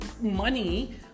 money